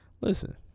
listen